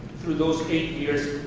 through those eight years,